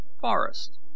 forest